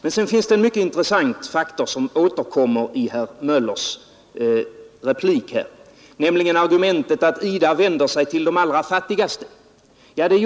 En faktor som återkom i herr Möllers replik var argumentet att IDA vänder sig till de allra fattigaste länderna.